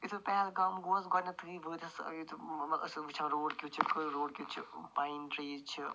یِتھٕے بہٕ پَہلگام گوس گۄڈٕنیٚتھٕے ٲسٕس وُچھان روڈ کیٛتھ چھُ روڈ کیٛتھ چھُ پاین ٹرٛیٖز چھِ